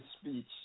speech